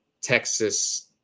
texas